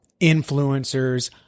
influencers